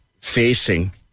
facing